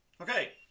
Okay